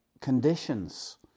conditions